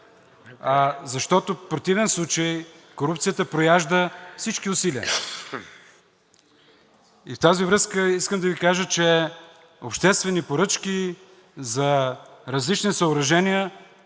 защото в противен случай корупцията прояжда всички усилия. И в тази връзка искам да Ви кажа, че обществени поръчки за различни съоръжения,